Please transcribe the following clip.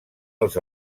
als